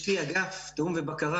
יש לי אגף תיאום ובקרה,